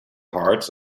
hearts